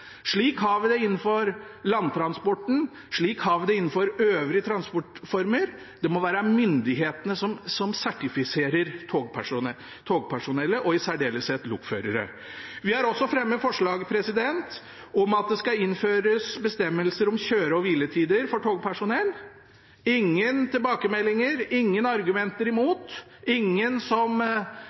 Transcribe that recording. Slik har vi det innenfor langtransporten. Slik har vi det innenfor øvrige transportformer. Det må være myndighetene som sertifiserer togpersonell og i særdeleshet lokførere. Vi har også fremmet forslag om at det skal innføres bestemmelser om kjøre- og hviletider for togpersonell. Ingen tilbakemeldinger, ingen argumenter imot, ingen